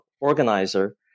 organizer